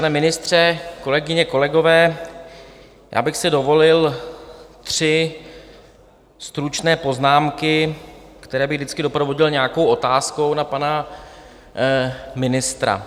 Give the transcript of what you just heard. Pane ministře, kolegyně, kolegové, já bych si dovolil tři stručné poznámky, které bych vždycky doprovodil nějakou otázkou na pana ministra.